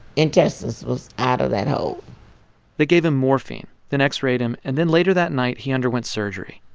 intestines was out of that hole they gave him morphine, then x-rayed him. and then later that night, he underwent surgery.